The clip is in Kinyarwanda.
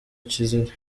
kizira